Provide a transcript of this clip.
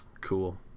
Cool